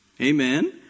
amen